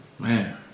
Man